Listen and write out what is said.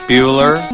Bueller